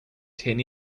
ten